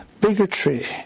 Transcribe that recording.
bigotry